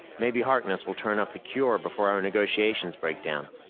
maybe harkness will turn up the cure before our negotiations break down.